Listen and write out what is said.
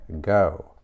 go